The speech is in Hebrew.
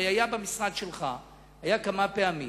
הרי ניסו כמה פעמים